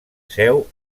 seu